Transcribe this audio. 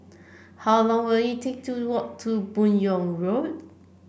how long will it take to walk to Buyong Road